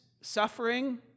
suffering